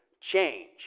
change